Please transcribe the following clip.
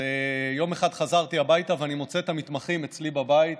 יום אחד חזרתי הביתה ואני מוצא את המתמחים אצלי בבית,